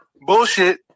Bullshit